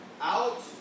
out